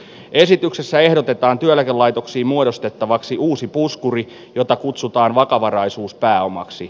esityksessä ehdotetaan työeläkelaitoksiin muodostettavaksi uusi puskuri jota kutsutaan vakavaraisuuspääomaksi